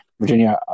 Virginia